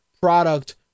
product